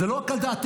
זה לא רק על דעתנו,